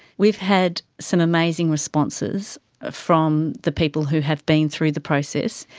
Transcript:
we've had some amazing responses ah from the people who have been through the process.